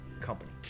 company